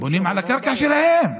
בונים על הקרקע שלהם.